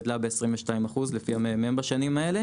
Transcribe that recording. גדלה ב-22% לפי הממ"מ בשנים האלה